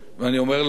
ולציבור,